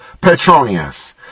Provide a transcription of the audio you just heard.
Petronius